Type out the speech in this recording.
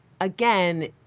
again